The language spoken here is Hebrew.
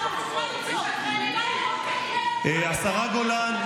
השרה גולן,